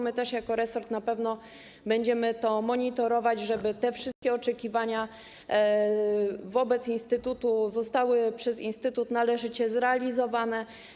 My jako resort na pewno będziemy to monitorować po to, żeby wszystkie oczekiwania wobec instytutu zostały przez instytut należycie spełnione.